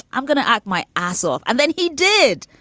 i'm gonna ask my assal. and then he did.